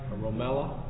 Romella